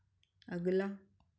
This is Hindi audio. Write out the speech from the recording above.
अगला